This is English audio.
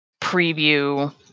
preview